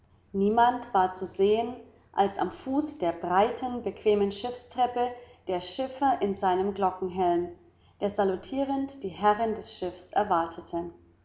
niemand war zu sehen als am fuß der breiten bequemen schiffstreppe der schiffer in seinem glockenhelm der salutierend die herrin des schiffs erwartete